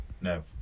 No